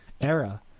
era